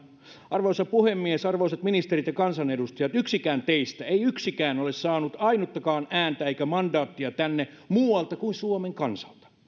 arvoisa puhemies arvoisat ministerit ja kansanedustajat yksikään teistä ei yksikään ole saanut ainuttakaan ääntä eikä mandaattia tänne muualta kuin suomen kansalta